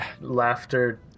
laughter